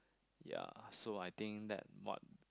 ya so I think that what